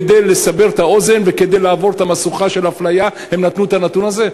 כדי לסבר את האוזן וכדי לעבור את המשוכה של אפליה הם נתנו את הנתון הזה?